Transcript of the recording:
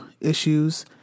issues